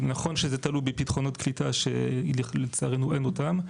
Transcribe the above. נכון שזה תלוי בפתרונות קליטה שלצערנו אין אותם.